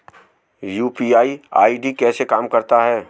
UPI ID कैसे काम करता है?